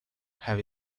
have